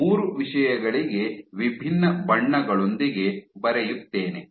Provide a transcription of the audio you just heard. ಆದ್ದರಿಂದ ಮೂರು ವಿಷಯಗಳಿಗೆ ವಿಭಿನ್ನ ಬಣ್ಣಗಳೊಂದಿಗೆ ಬರೆಯುತ್ತೇನೆ